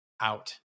out